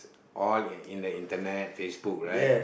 all in in the Internet Facebook right